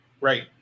right